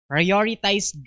Prioritize